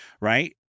right